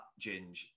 Ginge